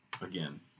again